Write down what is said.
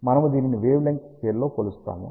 మనము దీనిని wavelength స్కేల్లో కొలుస్తాము